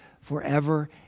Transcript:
forever